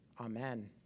Amen